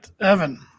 Evan